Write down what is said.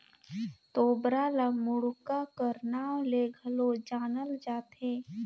तोबरा ल मुड़क्का कर नाव ले घलो जानल जाथे